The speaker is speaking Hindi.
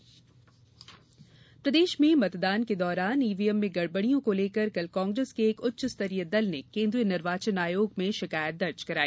कांग्रेस शिकायत प्रदेश में मतदान के दौरान ईवीएम में गड़बड़ियों को लेकर कल कांग्रेस के एक उच्चस्तरीय दल ने केन्द्रीय निर्वाचन आयोग में शिकायत दर्ज कराई